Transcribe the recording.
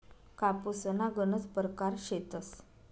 कापूसना गनज परकार शेतस